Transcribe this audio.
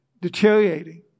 deteriorating